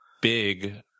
big